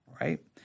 right